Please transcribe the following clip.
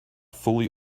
fully